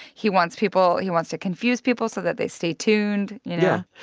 he wants people he wants to confuse people so that they stay tuned, you know yeah,